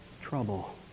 trouble